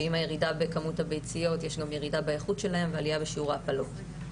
ועם הירידה בכמות הביציות יש גם ירידה באיכות שלהן ועליה בשיעור ההפלות.